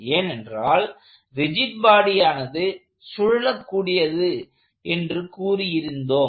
ஏனென்றால் ரிஜிட் பாடியானது சுழலக்கூடியது என்று கூறி இருந்தோம்